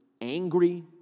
angry